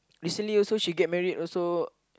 recently also she get married also